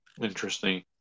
interesting